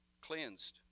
cleansed